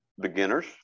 beginners